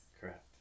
Correct